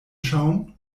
schauen